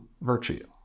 virtue